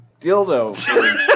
dildo